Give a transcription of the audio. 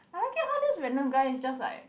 I like it how those random guys just like